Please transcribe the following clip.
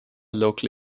local